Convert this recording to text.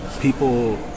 people